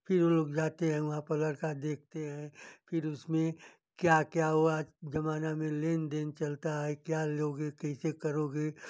फिर वो लोग जाते हैं वहाँ पर लड़का देखते हैं फिर उसमें क्या क्या हुआ जमाना में लेनदेन चलता है क्या लोगे कैसे करोगे